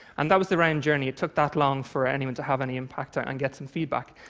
and that was the round journey. it took that long for anyone to have any impact ah and get some feedback.